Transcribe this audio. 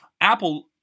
Apple